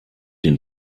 den